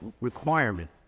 requirement